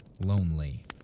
lonely